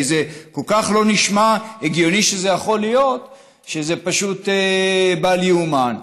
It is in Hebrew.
כי זה נשמע כל כך לא הגיוני שזה יכול להיות שזה פשוט בל ייאמן.